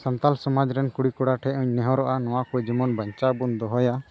ᱥᱟᱱᱛᱟᱲ ᱥᱚᱢᱟᱡᱽ ᱨᱮᱱ ᱠᱩᱲᱤ ᱠᱚᱲᱟ ᱴᱷᱮᱱ ᱦᱚᱧ ᱱᱮᱦᱚᱨᱟᱜ ᱱᱚᱣᱟ ᱠᱚ ᱡᱮᱢᱚᱱ ᱵᱚᱱ ᱵᱟᱧᱪᱟᱣ ᱵᱚᱱ ᱫᱚᱦᱚᱭᱟ